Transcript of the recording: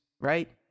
right